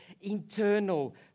internal